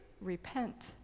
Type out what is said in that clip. Repent